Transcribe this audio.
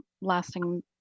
lasting